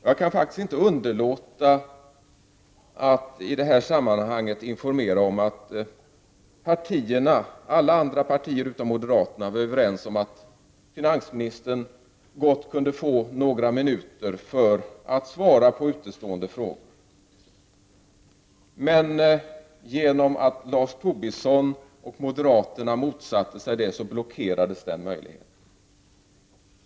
Jag kan faktiskt inte underlåta att i detta sammanhang informera om att alla partier utom moderaterna var överens om att finansministern gott kunde få några minuter för att svara på utestående frågor. Men genom att Lars Tobisson och moderaterna motsatte sig detta blockerades den möjligheten.